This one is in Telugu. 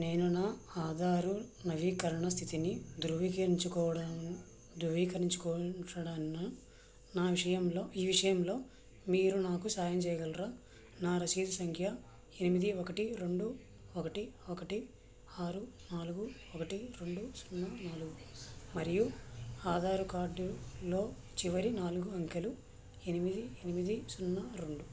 నేను నా ఆధారు నవీకరణ స్థితిని ధృవీకరించుకోవడం ధృవీకరించుకుంటున్నాను నా విషయంలో ఈ విషయంలో మీరు నాకు సహాయం చేయగలరా నా రసీదు సంఖ్య ఎనిమిది ఒకటి రెండు ఒకటి ఒకటి ఆరు నాలుగు ఒకటి రెండు సున్నా నాలుగు మరియు ఆధార్ కార్డులో చివరి నాలుగు అంకెలు ఎనిమిది ఎనిమిది సున్నా రెండు